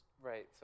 right